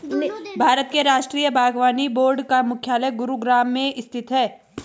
भारत के राष्ट्रीय बागवानी बोर्ड का मुख्यालय गुरुग्राम में स्थित है